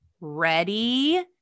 Ready